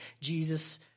Jesus